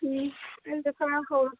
ꯎꯝ ꯑꯩꯁꯨ ꯈꯔ ꯍꯧꯔꯛꯀꯦ